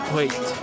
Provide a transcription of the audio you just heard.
Wait